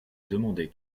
demandé